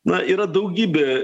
na yra daugybė